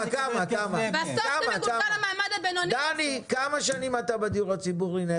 כמה שנים אתה מתעסק בדיור הציבורי?